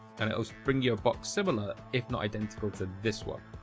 and it'll bring you a box similar if not identical to this one